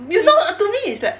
do you know to me it's like